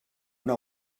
una